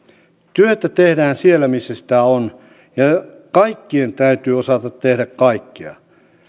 työtä tehdään siellä missä sitä on ja kaikkien täytyy osata tehdä kaikkea